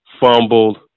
fumbled